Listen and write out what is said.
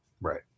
Right